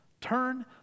Turn